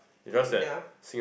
good enough